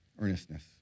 Earnestness